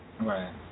right